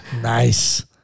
Nice